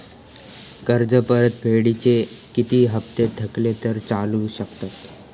कर्ज परतफेडीचे किती हप्ते थकले तर चालू शकतात?